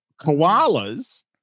koalas